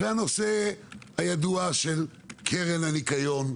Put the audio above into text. הנושא הידוע של קרן הניקיון,